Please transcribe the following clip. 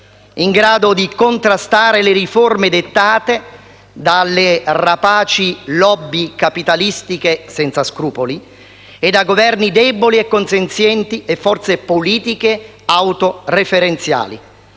in grado di contrastare le riforme dettate dalle rapaci *lobby* capitalistiche senza scrupoli e da Governi deboli e consenzienti e forze politiche autoreferenziali.